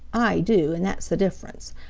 i do and that's the difference.